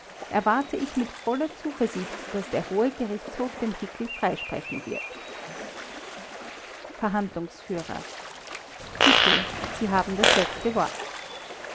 erwarte ich mit voller zuversicht daß der hohe gerichtshof den hickel freisprechen wird verhandlungsführer hickel sie haben das letzte wort